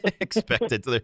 expected